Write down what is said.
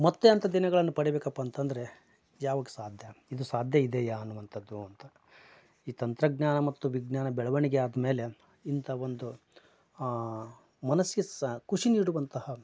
ಮತ್ತು ಅಂತ ದಿನಗಳನ್ನು ಪಡಿಬೇಕಪ್ಪ ಅಂತಂದರೆ ಯಾವಾಗ ಸಾಧ್ಯ ಇದು ಸಾಧ್ಯ ಇದೆಯಾ ಅನ್ನುವಂಥದ್ದು ಅಂತ ಈ ತಂತ್ರಜ್ಞಾನ ಮತ್ತು ವಿಜ್ಞಾನ ಬೆಳವಣಿಗೆ ಆದ ಮೇಲೆ ಇಂಥಾ ಒಂದು ಮನಸ್ಸಿಗೆ ಸ ಖುಷಿ ನೀಡುವಂತಹ